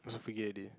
I also forget already